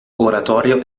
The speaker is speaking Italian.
oratorio